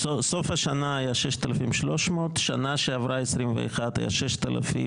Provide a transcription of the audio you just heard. סוף השנה היו 6,300, שנה שעברה 21,000 ומשהו.